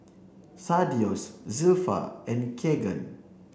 Thaddeus Zilpha and Kegan